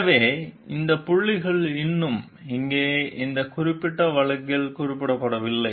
எனவே இந்த புள்ளிகள் இன்னும் இங்கே இந்த குறிப்பிட்ட வழக்கில் குறிப்பிடப்படவில்லை